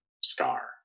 scar